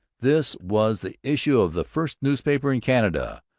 this was the issue of the first newspaper in canada,